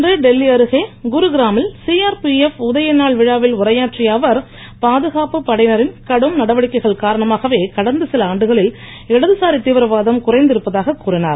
இன்று டெல்லி அருகே குருகிராமில் சிஆர்பிஎப் உதயநாள் விழாவில் உரையாற்றிய அவர் பாதுகாப்பு படையினரின் கடும் நடவடிக்கைகள் காரணமாகவே கடந்த சில ஆண்டுகளில் இடதுசாரி தீவிரவாதம் குறைந்திருப்பதாக கூறினார்